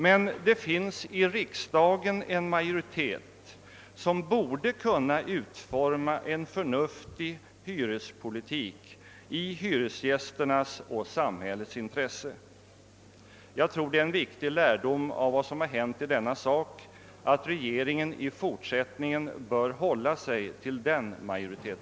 Men det finns i riksdagen en majoritet som borde kunna utforma en förnuftig hyrespolitik i hyresgästernas och samhällets intresse. Jag tror att det är viktigt att regeringen drar den lärdomen av vad som hänt i denna sak, att den i fortsättningen bör hålla sig till denna majoritet.